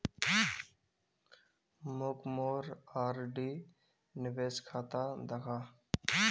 मोक मोर आर.डी निवेश खाता दखा